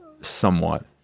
somewhat